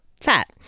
fat